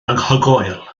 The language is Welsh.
anhygoel